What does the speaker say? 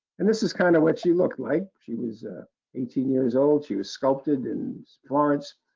and this is, kind of, what she looked like. she was eighteen years old. she was sculpted in florence.